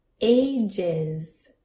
ages